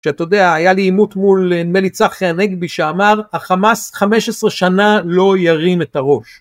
כשאתה יודע, היה לי עימות מול נדמה לי צחי הנגבי שאמר, החמאס 15 שנה לא ירים את הראש.